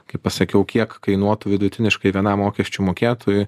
kai pasakiau kiek kainuotų vidutiniškai vienam mokesčių mokėtojui